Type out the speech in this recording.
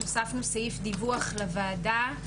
הוספנו סעיף דיווח לוועדה,